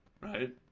right